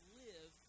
live